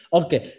okay